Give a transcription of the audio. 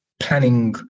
planning